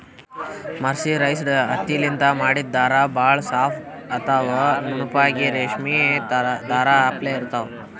mercerised ಹತ್ತಿಲಿಂತ್ ಮಾಡಿದ್ದ್ ಧಾರಾ ಭಾಳ್ ಸಾಫ್ ಅಥವಾ ನುಣುಪಾಗಿ ರೇಶ್ಮಿ ಧಾರಾ ಅಪ್ಲೆ ಇರ್ತಾವ್